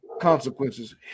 consequences